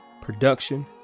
production